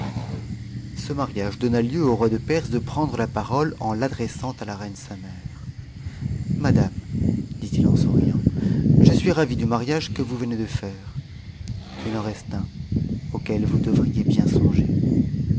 ce mariage donna lieu au roi de perse de prendre la parole en l'adressant à la reine sa mère madame dit-il en souriant je suis ravi mariage que vous venez de faire il en reste un auquel vous devriez hc songer